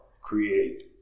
create